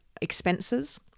expenses